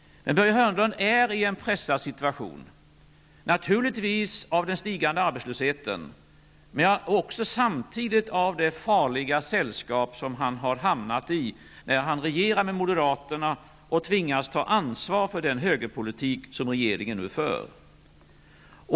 Börje Hörnlund är i en pressad situation. Naturligtvis är han pressad av den stigande arbetslösheten men också av det farliga sällskap han har hamnat i när han regerar med moderaterna och tvingas ta ansvar för den högerpolitik som regeringen nu för.